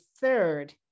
third